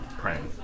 praying